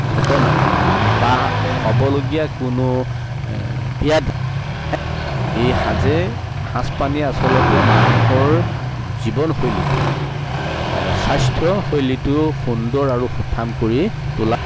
ঘটনা বা হ'বলগীয়া কোনো এ ব্যাধি সাঁজে সাঁজপানীয়ে আচলতে মানুহৰ জীৱনশৈলীটো আ স্বাস্থ্যশৈলীটো সুন্দৰ আৰু সুঠাম কৰি তোলা